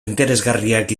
interesgarriak